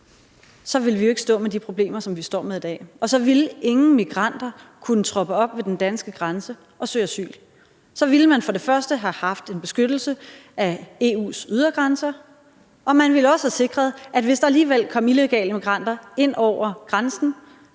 ville vi jo ikke stå med de problemer, som vi står med i dag, og så ville ingen migranter kunne troppe op ved den danske grænse og søge asyl. Så ville man for det første have haft en beskyttelse af EU's ydergrænser, og man ville også have sikret, at hvis der alligevel kom illegale migranter ind over grænsen